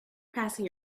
passing